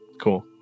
Cool